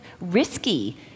risky